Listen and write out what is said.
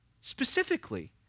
specifically